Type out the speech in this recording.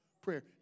prayer